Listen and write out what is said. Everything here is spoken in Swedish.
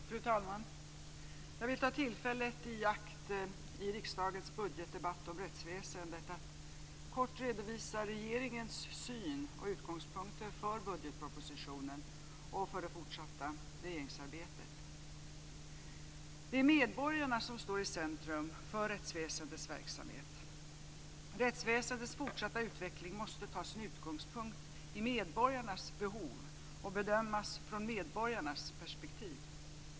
Fru talman! Jag vill ta tillfället i akt i riksdagens budgetdebatt om rättsväsendet att kort redovisa regeringens syn och utgångspunkter för budgetpropositionen och för det fortsatta regeringsarbetet. Det är medborgarna som står i centrum för rättsväsendets verksamhet. Rättsväsendets fortsatta utveckling måste ta sin utgångspunkt i medborgarnas behov och bedömas från medborgarnas perspektiv.